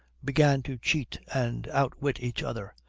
began to cheat and outwit each other,